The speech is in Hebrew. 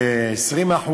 ב-20%,